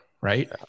right